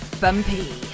bumpy